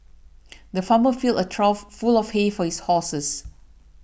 the farmer filled a trough full of hay for his horses